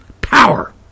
power